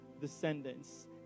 descendants